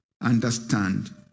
understand